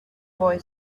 boy